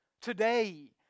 today